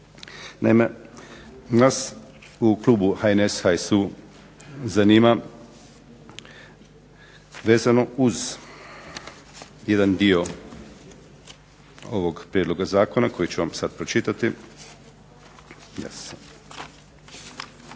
Naime nas u klubu HNS, HSU zanima vezano uz jedan dio ovog prijedloga zakona, koji ću vam sad pročitati,